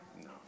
No